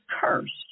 cursed